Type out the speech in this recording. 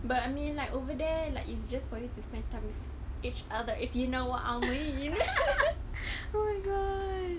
but I mean like over there like it's just for you to spend time with each other if you know what I mean